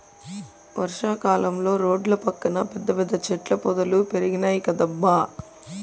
వర్షా కాలంలో రోడ్ల పక్కన పెద్ద పెద్ద చెట్ల పొదలు పెరిగినాయ్ కదబ్బా